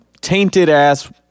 tainted-ass